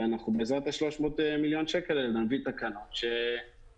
ואנחנו בעזרת ה-300 מיליון שקל האלה נביא תקנות שיסדרו